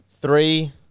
three